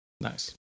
Nice